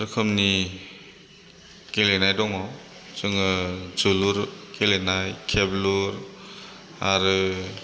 रोखोमनि गेलेनाय दङ जोङो जोलुर गेलेनाय खेबलु आरो